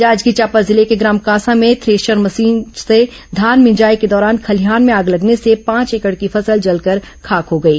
जांजगीर चांपा जिले के ग्राम कांसा में थेसर मशीन से धान भिंजाई के दौरान खलिहान में आग लगने से पांच एकड़ की फसल जलकर खाक हो गई